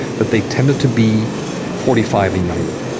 but they tended to be forty five and younger.